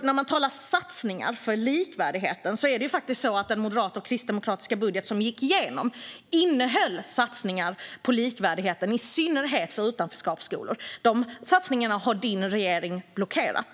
När man talar om satsningar för likvärdigheten innehöll den moderata och kristdemokratiska budget som gick igenom satsningar på likvärdigheten i synnerhet för skolor i utanförskapsområden. De satsningarna har din regering blockerat.